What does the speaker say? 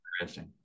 interesting